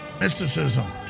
mysticism